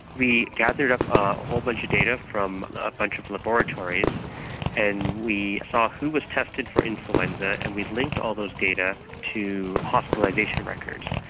we gathered up ah a whole bunch of data from a bunch of laboratories and we saw who was tested for influenza and we linked all those data to hospitalisation records.